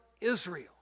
Israel